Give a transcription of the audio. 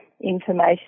information